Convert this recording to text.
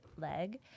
leg